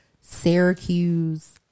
Syracuse